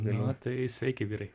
nu tai sveiki vyrai